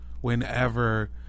whenever